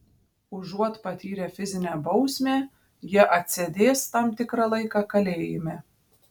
užuot patyrę fizinę bausmę jie atsėdės tam tikrą laiką kalėjime